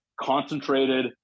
concentrated